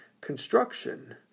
construction